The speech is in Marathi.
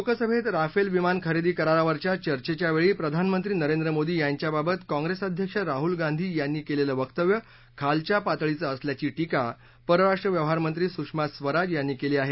लोकसभेत राफेल विमान खरेदी करारावरच्या चर्चेच्या वेळी प्रधानमंत्री नरेंद्र मोदी यांच्याबाबत कॉप्रेस अध्यक्ष राहुल गांधी यांनी केलेलं वक्तव्य खालच्या पातळीचं असल्याची टीका परराष्ट्र व्यवहारमंत्री सुषमा स्वराज यांनी केली आहे